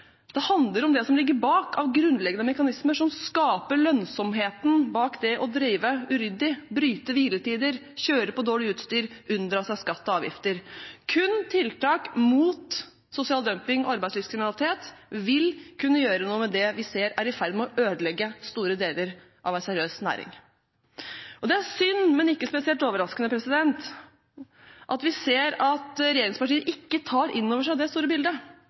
Det handler om det som ligger bak av grunnleggende mekanismer som skaper lønnsomheten bak det å drive uryddig, bryte hviletider, kjøre med dårlig utstyr, unndra seg skatt og avgifter. Kun tiltak mot sosial dumping og arbeidslivskriminalitet vil kunne gjøre noe med det vi ser er i ferd med å ødelegge store deler av en seriøs næring. Det er synd – men ikke spesielt overraskende – at vi ser at regjeringspartiene ikke tar innover seg det store bildet,